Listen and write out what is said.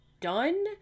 done